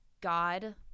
God